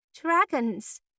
dragons